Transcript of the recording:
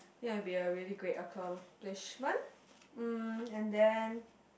it will be a really great accomplishment mm and then